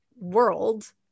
World